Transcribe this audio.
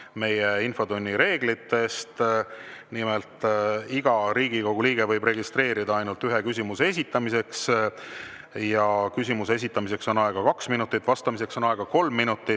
meie infotunni reeglitest. Nimelt, iga Riigikogu liige võib registreeruda ainult ühe küsimuse esitamiseks. Küsimuse esitamiseks on aega kaks minutit, vastamiseks on aega kolm minutit.